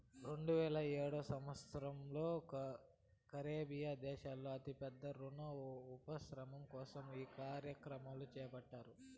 రెండువేల ఏడవ సంవచ్చరంలో కరేబియన్ దేశాల్లో అతి పెద్ద రుణ ఉపశమనం కోసం ఈ కార్యక్రమం చేపట్టారు